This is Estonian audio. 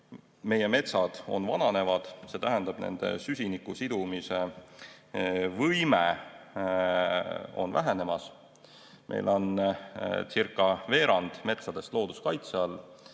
meie metsad vananevad, see tähendab, nende süsiniku sidumise võime on vähenemas. Meil oncircaveerand metsadest looduskaitse all,